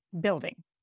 building